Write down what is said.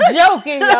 joking